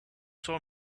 saw